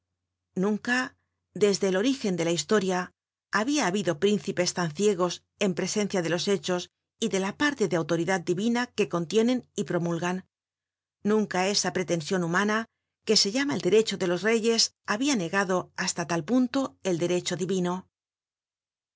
nunca desde el orígen de la historia habia habido príncipes tan ciegos en presencia de los hechos y de la parte de autoridad divina que contienen y promulgan nunca esa pretension humana que se llama el derecho de los reyes habia negado hasta tal punto el derecho divino